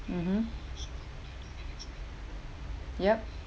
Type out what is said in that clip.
mmhmm yup